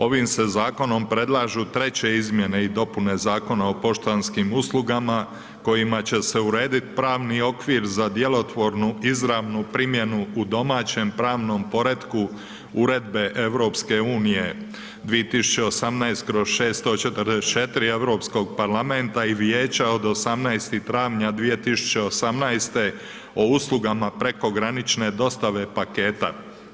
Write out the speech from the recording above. Ovim se zakonom predlažu treće Izmjene i dopune Zakona o poštanskim uslugama kojima će se urediti pravni okvir za djelotvornu izravnu primjenu u domaćem pravnom poretku Uredbe EU 2018/644 Europskog parlamenta i Vijeća od 18. travnja 2018. o uslugama prekogranične dostave paketa.